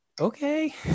okay